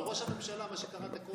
לא, על ראש הממשלה, מה שקראת קודם.